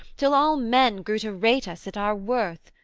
till all men grew to rate us at our worth,